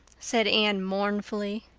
said anne mournfully.